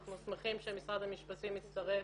אנחנו שמחים שמשרד המשפטים מצטרף